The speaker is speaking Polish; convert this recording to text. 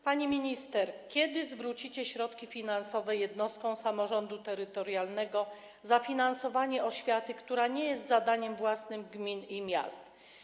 Pani minister, kiedy zwrócicie środki finansowe jednostkom samorządu terytorialnego za finansowanie oświaty, która nie jest zadaniem własnym gmin i miast?